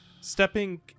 Stepping